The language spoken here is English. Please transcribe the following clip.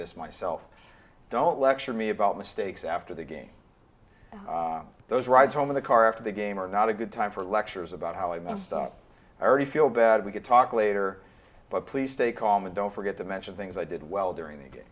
this myself don't lecture me about mistakes after the game those rides home in the car after the game or not a good time for lectures about how i messed up already feel bad we could talk later but please stay calm and don't forget to mention things i did well during the